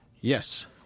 yes